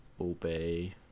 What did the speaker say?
obey